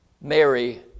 Mary